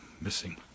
missing